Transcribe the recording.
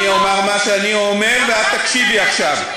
אני אומר מה שאני אומר, ואת תקשיבי עכשיו.